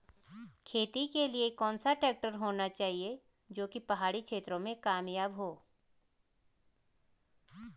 खेती के लिए कौन सा ट्रैक्टर होना चाहिए जो की पहाड़ी क्षेत्रों में कामयाब हो?